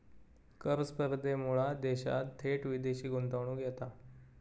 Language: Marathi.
कर स्पर्धेमुळा देशात थेट विदेशी गुंतवणूक येता